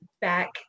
back